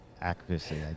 accuracy